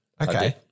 Okay